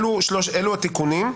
אלה התיקונים.